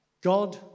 God